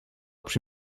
przy